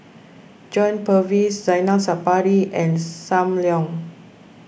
John Purvis Zainal Sapari and Sam Leong